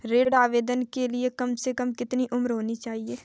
ऋण आवेदन के लिए कम से कम कितनी उम्र होनी चाहिए?